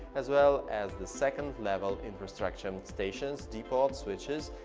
as well as the second-level infrastructure stations, depots, switches,